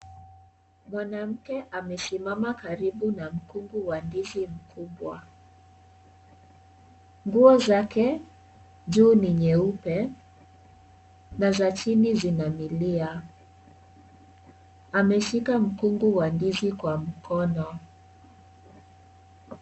Mwanamke amesimama karibu na mkungu wa ndizi mkubwa. Nguo zake juu ni nyeupe na za chini zina milia . Ameshika mkungu wa ndizi kwa mkono.